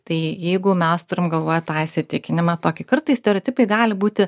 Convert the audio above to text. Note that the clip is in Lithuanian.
tai jeigu mes turim galvoje tą įsitikinimą tokį kartais stereotipai gali būti